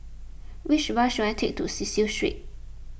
which bus should I take to Cecil Street